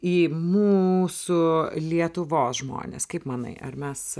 į mūsų lietuvos žmones kaip manai ar mes